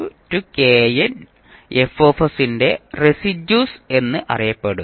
kn F ന്റെ residues എന്നറിയപ്പെടുന്നു